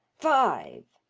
five.